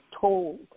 told